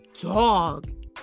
dog